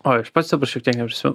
oi aš pats dabar šiek tiek neprisimenu